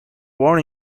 born